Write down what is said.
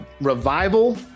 Revival